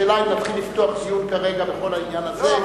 השאלה היא אם נתחיל לפתוח דיון כרגע בכל העניין הזה.